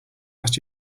asked